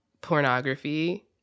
pornography